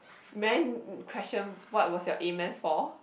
may i question what was your amen for